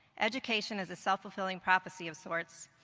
education is a self-fulfilling prophecy of sorts.